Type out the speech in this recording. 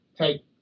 take